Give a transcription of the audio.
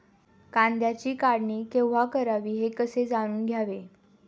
कांद्याची काढणी केव्हा करावी हे कसे जाणून घ्यावे?